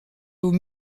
aux